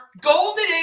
Golden